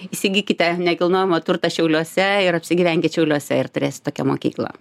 įsigykite nekilnojamojo turto šiauliuose ir apsigyvenkit šiauliuose ir turėsit tokią mokyklą